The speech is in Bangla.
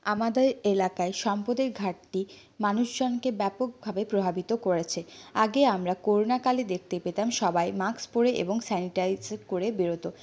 আমাদের এলাকায় সম্পদের ঘাটতি মানুষজনকে ব্যাপকভাবে প্রভাবিত করেছে আগে আমরা করোনাকালে দেখতে পেতাম সবাই মাস্ক পরে এবং স্যানিটাইজ করে বেরোত